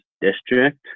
District